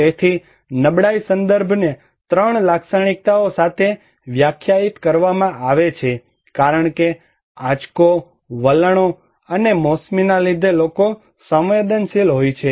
તેથી નબળાઈ સંદર્ભને 3 લાક્ષણિકતાઓ સાથે વ્યાખ્યાયિત કરવામાં આવે છે કારણ કે આંચકો વલણો અને મોસમી ના લીધે લોકો સંવેદનશીલ હોય છે